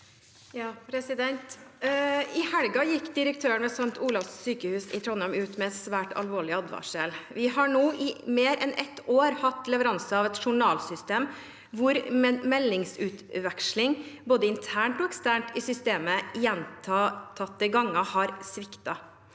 I helgen gikk direktøren ved St. Olavs hospital i Trondheim ut med en svært alvorlig advarsel: «Vi har nå i mer enn ett år hatt leveranse av et journalsystem hvor meldingsutvekslingen, både internt og eksternt i systemet, gjentatte ganger har sviktet.